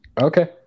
okay